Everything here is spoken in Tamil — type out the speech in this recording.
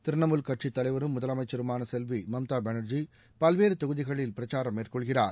த்ரிணமூல் கட்சித் தலைவரும் முதலமைச்சருமான செல்வி மம்தா பானர்ஜி பல்வேறு தொகுதிகளில் பிரச்சாரம் மேற்கொள்கிறார்